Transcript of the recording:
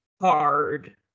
hard